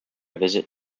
visit